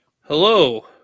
Hello